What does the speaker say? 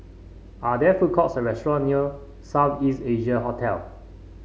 are there food courts or restaurant near South East Asia Hotel